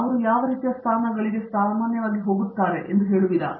ನೀವು ಯಾವ ರೀತಿಯ ಸ್ಥಾನಗಳಿಗೆ ಅವರು ಸಾಮಾನ್ಯವಾಗಿ ಹೋಗುತ್ತಿದ್ದಾರೆ ಎಂದು ನೋಡಿದ್ದೀರಾ